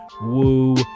woo